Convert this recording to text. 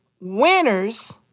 Winners